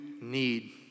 need